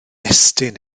estyn